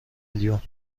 میلیون